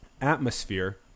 atmosphere